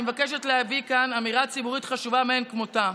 אני מבקשת להביא כאן אמירה ציבורית חשובה מאין כמותה.